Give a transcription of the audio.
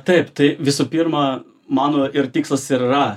taip tai visų pirma mano ir tikslas ir yra